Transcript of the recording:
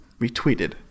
retweeted